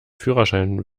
führerschein